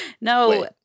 No